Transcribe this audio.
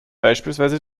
beispielsweise